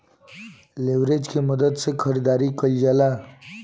leverage के मदद से खरीदारी कईल जा सकेला